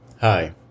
Hi